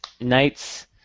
Knights